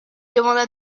demanda